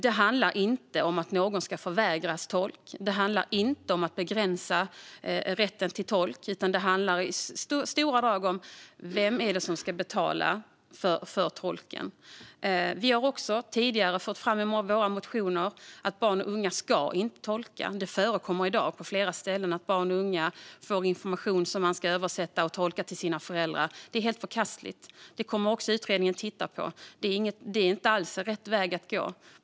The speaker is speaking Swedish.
Det handlar inte om att någon ska förvägras tolk eller om att begränsa rätten till tolk, utan det handlar i stora drag om vem som ska betala för tolken. Vi har tidigare fört fram i våra motioner att barn och unga inte ska tolka. Det förekommer i dag på flera ställen att barn och unga får information som de ska översätta och tolka till sina föräldrar. Det är helt förkastligt, och utredningen kommer att titta på det. Detta är inte alls rätt väg att gå.